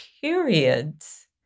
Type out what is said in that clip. periods